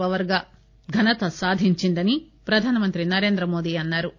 power గా ఘనత సాధించిందని ప్రధానమంత్రి నరేంద్ర మోదీ అన్నా రు